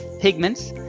pigments